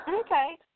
Okay